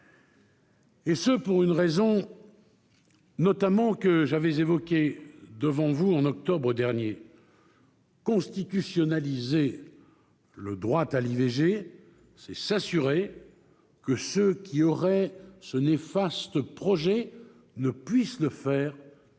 Et ce pour une raison que j'avais évoquée devant vous au mois d'octobre dernier : constitutionnaliser le droit à l'IVG, c'est s'assurer que ceux qui auraient ce néfaste projet ne puissent le faire sans